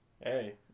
Hey